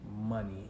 money